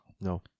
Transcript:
no